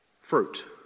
fruit